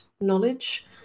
knowledge